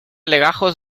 legajos